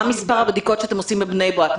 מה מספר הבדיקות שאתם עושים בבני ברק?